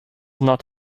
not